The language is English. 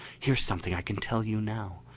here's something i can tell you now.